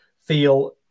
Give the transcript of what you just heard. feel